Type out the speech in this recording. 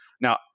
Now